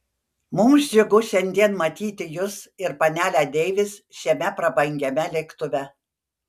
mums džiugu šiandien matyti jus ir panelę deivis šiame prabangiame lėktuve